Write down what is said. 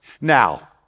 Now